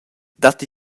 datti